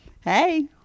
Hey